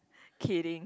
kidding